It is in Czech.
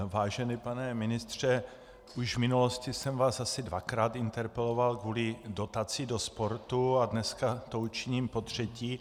Vážený pane ministře, už v minulosti jsem vás asi dvakrát interpeloval kvůli dotaci do sportu a dneska to učiním potřetí.